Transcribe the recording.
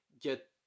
get